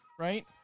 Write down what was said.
right